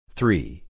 Three